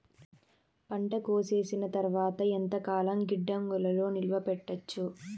పంట కోసేసిన తర్వాత ఎంతకాలం గిడ్డంగులలో నిలువ పెట్టొచ్చు?